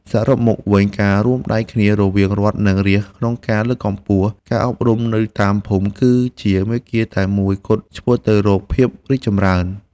សរុបមកវិញ ការរួមដៃគ្នារវាងរដ្ឋនិងរាស្ត្រក្នុងការលើកកម្ពស់ការអប់រំនៅតាមភូមិ គឺជាមាគ៌ាតែមួយគត់ឆ្ពោះទៅរកភាពរីកចម្រើន។